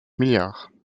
milliards